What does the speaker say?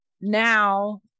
now